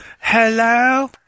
Hello